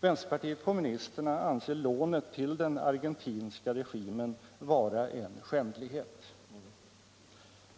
Vänsterpartiet kommunisterna anser lånet till den argentinska regimen vara en skändlighet.